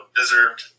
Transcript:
deserved